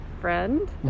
friend